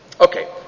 Okay